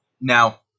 Now